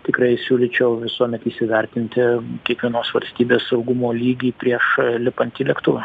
tikrai siūlyčiau visuomet įsivertinti kiekvienos valstybės saugumo lygį prieš lipant į lėktuvą